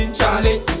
Charlie